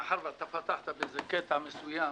מאחר ופתחת באיזה קטע מסוים.